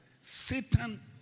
Satan